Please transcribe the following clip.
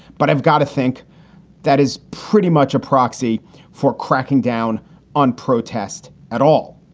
but i've got to think that is pretty much a proxy for cracking down on protest at all.